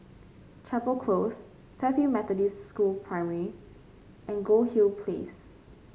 Chapel Close Fairfield Methodist School Primary and Goldhill Place